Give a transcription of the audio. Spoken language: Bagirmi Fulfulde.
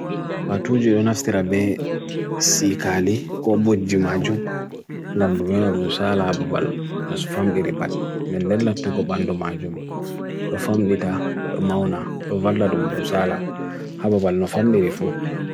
Patu jirunastirabe si kali, ko budj majum, gandumem ab mnusala ababal nasfam diripat, nendella tu ko bandum majum, lofam dita, domauna, lofal adum mnusala ababal nofam dirifu.